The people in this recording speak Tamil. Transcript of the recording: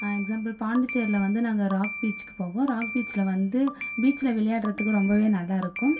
எக்ஸ்ஸாம்புல் பாண்டிச்சேரியில் வந்து நாங்கள் ராக் பீச்சுக்கு போவோம் ராக் பீச்சில் வந்து பீச்சில் விளையாடுறத்துக்கு ரொம்பவே நல்லா இருக்கும்